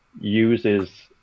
uses